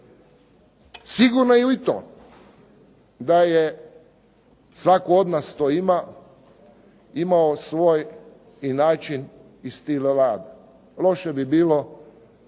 Sigurno je i to da je, svatko od nas to ima, imao svoj i način i stil rada. Loše bi bilo